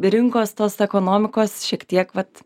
rinkos tos ekonomikos šiek tiek vat